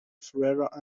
ferrara